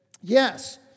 yes